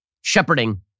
shepherding